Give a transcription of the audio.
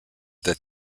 that